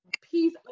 piece